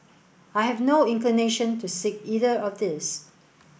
I have no inclination to seek either of these